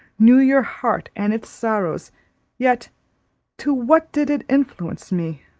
knew your heart and its sorrows yet to what did it influence me